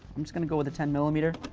i'm just going to go with a ten millimeter.